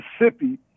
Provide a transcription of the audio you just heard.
Mississippi